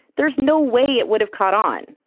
there's no way it would've caught on.